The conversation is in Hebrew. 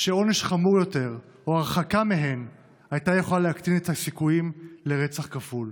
שעונש חמור יותר או הרחקה מהן היו יכולים להקטין את הסיכויים לרצח כפול.